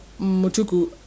Mutuku